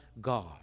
God